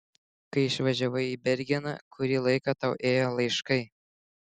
kai išvažiavai į bergeną kurį laiką tau ėjo laiškai